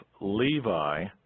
Levi